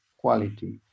quality